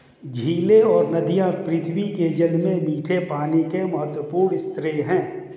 झीलें और नदियाँ पृथ्वी के जल में मीठे पानी के महत्वपूर्ण स्रोत हैं